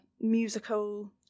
musical